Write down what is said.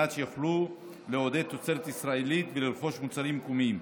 מנת שיוכלו לעודד תוצרת ישראלית ולרכוש מוצרים מקומיים.